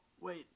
wait